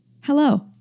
Hello